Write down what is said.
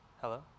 Hello